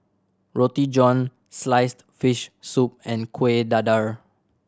Roti John sliced fish soup and Kueh Dadar